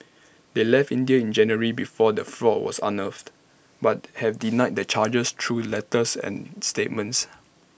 they left India in January before the fraud was unearthed but have denied the charges through letters and statements